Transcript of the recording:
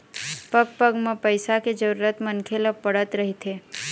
पग पग म पइसा के जरुरत मनखे ल पड़त रहिथे